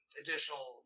additional